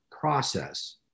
process